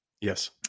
Yes